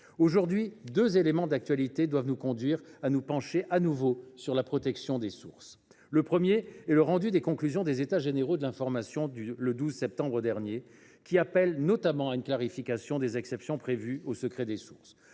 Aujourd’hui, deux éléments d’actualité doivent nous conduire à nous pencher de nouveau sur la protection des sources. Le premier est le rendu des conclusions des États généraux de l’information du 12 septembre dernier, qui appelle notamment à une clarification des exceptions prévues au secret des sources.